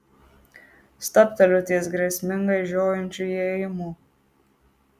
stabteliu ties grėsmingai žiojinčiu įėjimu